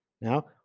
now